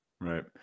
right